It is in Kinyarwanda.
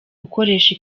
gukoresha